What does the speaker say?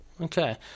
Okay